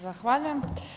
Zahvaljujem.